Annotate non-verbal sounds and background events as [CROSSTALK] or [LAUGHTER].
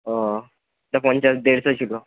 ও [UNINTELLIGIBLE] পঞ্চাশ দেড়শো ছিল